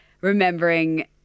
remembering